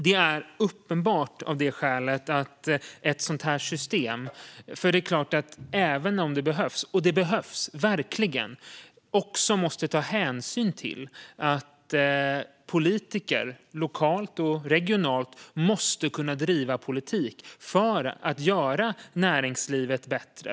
Det är av det skälet uppenbart att ett sådant här system, som verkligen behövs, också måste ta hänsyn till att politiker, lokalt och regionalt, måste kunna driva politik för att göra näringslivet bättre.